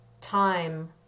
time